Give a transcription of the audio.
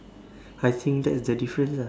I think that is the difference ah